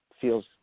feels